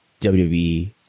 WWE